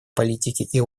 политике